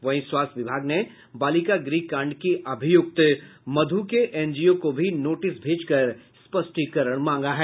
वहीं स्वास्थ्य विभाग ने बालिका गृह कांड की अभियुक्त मधु के एनजीओ को भी नोटिस भेजकर स्पष्टीकरण मांगा है